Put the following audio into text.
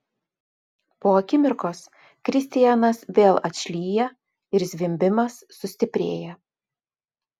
po akimirkos kristianas vėl atšlyja ir zvimbimas sustiprėja